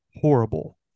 horrible